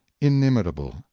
inimitable